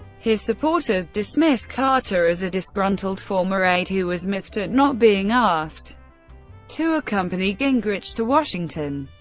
his supporters dismiss carter as a disgruntled former aide who was miffed at not being asked to accompany gingrich to washington.